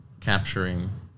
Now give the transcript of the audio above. capturing